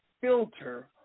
filter